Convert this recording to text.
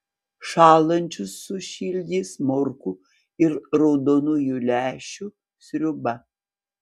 šąlančius sušildys morkų ir raudonųjų lęšių sriuba